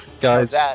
guys